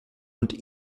und